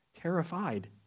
terrified